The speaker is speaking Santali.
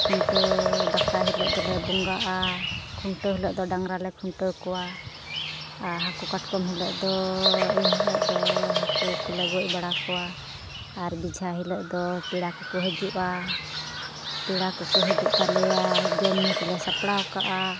ᱠᱷᱩᱱᱴᱟᱹᱣ ᱫᱟᱠᱟᱭ ᱦᱤᱞᱳᱜ ᱫᱚᱞᱮ ᱵᱚᱸᱜᱟᱜᱼᱟ ᱠᱷᱩᱱᱴᱟᱹᱣ ᱦᱤᱞᱳᱜ ᱫᱚ ᱰᱟᱝᱨᱟᱞᱮ ᱠᱷᱩᱱᱴᱟᱹᱣ ᱠᱚᱣᱟ ᱟᱨ ᱦᱟᱹᱠᱩ ᱠᱟᱴᱠᱚᱢ ᱦᱤᱞᱳᱜ ᱫᱚ ᱮᱱ ᱦᱤᱞᱳᱜ ᱫᱚ ᱦᱟᱹᱠᱩ ᱠᱚᱞᱮ ᱜᱚᱡ ᱵᱟᱲᱟ ᱠᱚᱣᱟ ᱟᱨ ᱵᱮᱡᱷᱟ ᱦᱤᱞᱳᱜ ᱫᱚ ᱯᱮᱲᱟ ᱠᱚᱠᱚ ᱦᱤᱡᱩᱜᱼᱟ ᱯᱮᱲᱟ ᱠᱚᱠᱚ ᱦᱤᱡᱩᱜ ᱛᱟᱞᱮᱭᱟ ᱡᱚᱢ ᱧᱩ ᱠᱚᱞᱮ ᱥᱟᱯᱲᱟᱣ ᱠᱟᱜᱼᱟ